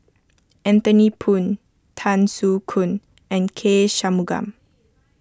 Anthony Poon Tan Soo Khoon and K Shanmugam